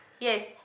Yes